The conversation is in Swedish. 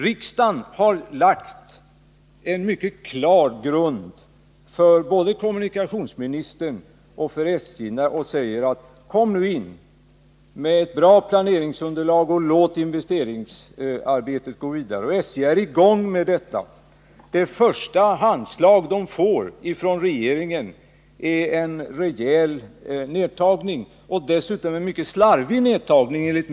Riksdagen har lagt en mycket klar grund för både kommunikationsministern och SJ och sagt: Kom nu in med ett bra planeringsunderlag och låt investeringsarbetet gå vidare. SJ har satt i gång det arbetet — och det första anslag SJ får från regeringen innebär en rejäl och dessutom, enligt min mening, mycket slarvig nedbantning.